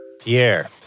Pierre